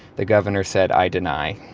the governor said, i deny.